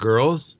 Girls